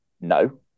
No